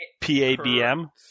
P-A-B-M